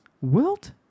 Wilt